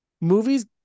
Movies